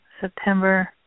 September